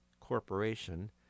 Corporation